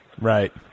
Right